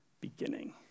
beginning